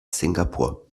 singapur